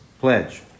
pledge